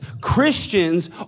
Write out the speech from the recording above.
Christians